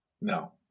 No